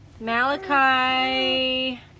Malachi